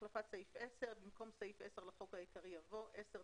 החלפת סעיף 10 במקום סעיף 10 לחוק העיקרי יבוא: "10.